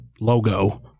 logo